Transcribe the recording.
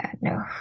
No